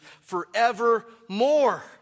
forevermore